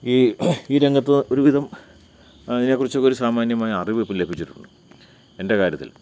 ഈ ഈ രംഗത്ത് ഒരുവിധം അതിനെക്കുറിച്ചൊക്കെ ഒരു സാമാന്യമായ അറിവ് ഇപ്പോള് ലഭിച്ചിട്ടുണ്ട് എൻ്റെ കാര്യത്തിൽ